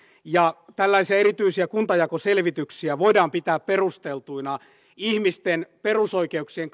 ja tällaisia erityisiä kuntajakoselvityksiä voidaan pitää perusteltuina ihmisten perusoikeuksien